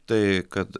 tai kad